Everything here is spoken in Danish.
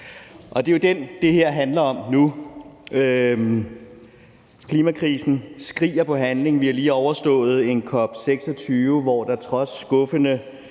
Og det er jo den, det her handler om. Klimakrisen skriger på handling. Vi har lige overstået COP26, hvor der trods skuffende